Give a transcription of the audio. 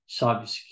cybersecurity